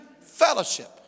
fellowship